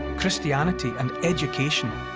christianity and education,